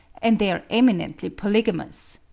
and they are eminently polygamous.